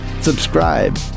Subscribe